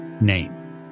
name